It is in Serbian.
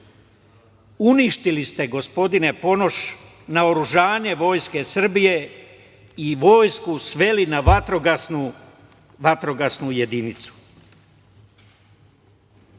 Uništili ste, gospodine Ponoš, naoružanje vojske Srbije i vojsku sveli na vatrogasnu jedinicu. Poštovani